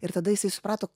ir tada jisai suprato